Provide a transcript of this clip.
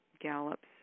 Gallup's